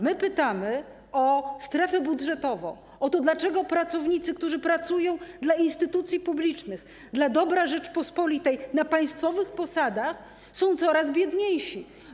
My pytamy o strefę budżetową, o to, dlaczego pracownicy, którzy pracują dla instytucji publicznych, dla dobra Rzeczypospolitej na państwowych posadach, są coraz biedniejsi.